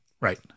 Right